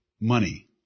money